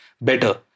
better